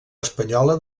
espanyola